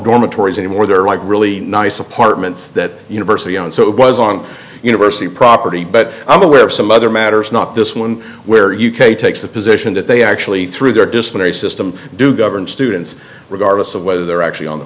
dormitories anymore there are like really nice apartments that university and so it was on university property but i'm aware of some other matters not this one where u k takes the position that they actually through their disciplinary system do govern students regardless of whether they're actually on the